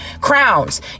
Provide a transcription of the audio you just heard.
crowns